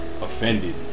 offended